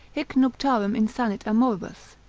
hic nuptarum insanit amoribus,